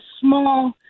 small